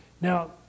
Now